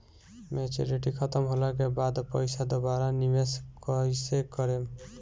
Maturity खतम होला के बाद पईसा दोबारा निवेश कइसे करेम?